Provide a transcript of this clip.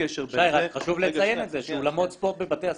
מי שמקים אולמות ספורט בבתי הספר,